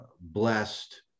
blessed